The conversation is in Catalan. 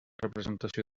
representació